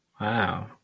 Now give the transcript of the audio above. Wow